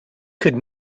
could